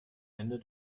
ende